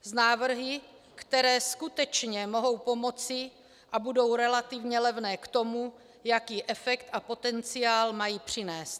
S návrhy, které skutečně mohou pomoci a budou relativně levné k tomu, jaký efekt a potenciál mají přinést.